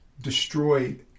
destroyed